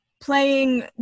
playing